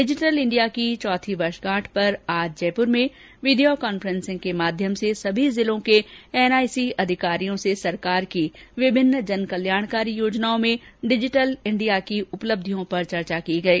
digital India की चौथी वर्षगांठ पर आज जयपुर में वीडियो कांफेसिंग के माध्यम से सभी जिलों के एनआईसी अधिकारियों से सरकार की विभिन्न जनकल्याणकारी योजनाओं में डिजीटल इंडिया की उपलब्धियों पर चर्चा की गई